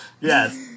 Yes